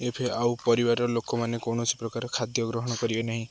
ଏବେ ଆଉ ପରିବାର ଲୋକମାନେ କୌଣସି ପ୍ରକାର ଖାଦ୍ୟ ଗ୍ରହଣ କରିବେ ନାହିଁ